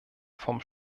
vom